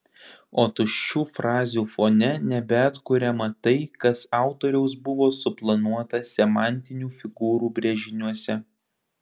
o tuščių frazių fone nebeatkuriama tai kas autoriaus buvo suplanuota semantinių figūrų brėžiniuose